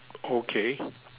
okay